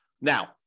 Now